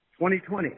2020